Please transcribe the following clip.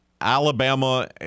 Alabama